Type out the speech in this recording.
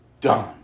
done